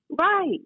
Right